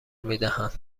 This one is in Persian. میدهند